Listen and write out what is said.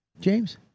James